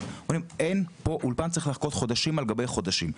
ואומרים אין פה אולפן צריך לחכות חודשים על גבי חודשים,